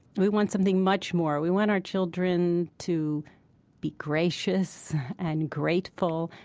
we want something much more. we want our children to be gracious and grateful.